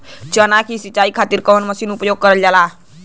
चना के सिंचाई खाती कवन मसीन उपयोग करल जाला?